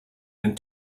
and